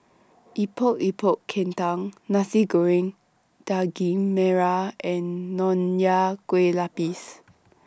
Epok Epok Kentang Nasi Goreng Daging Merah and Nonya Kueh Lapis